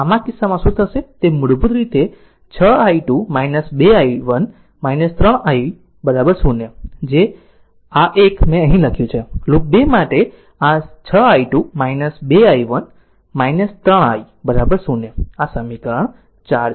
આમ આ કિસ્સામાં તે શું થશે તે મૂળભૂત રીતે 6 i2 2 i1 3 i 0 આ 1 મેં અહીં લખ્યું છે લૂપ 2 માટે આ 6 i2 2 i1 3 i 0 આ સમીકરણ 4 છે